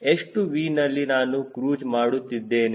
ಎಷ್ಟು V ನಲ್ಲಿ ನಾನು ಕ್ರೂಜ್ ಮಾಡುತ್ತಿದ್ದೇನೆ